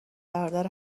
برادر